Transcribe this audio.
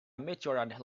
meteorite